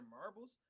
marbles